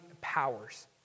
powers